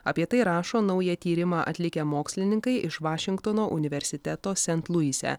apie tai rašo naują tyrimą atlikę mokslininkai iš vašingtono universiteto sent luise